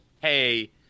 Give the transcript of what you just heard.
Hey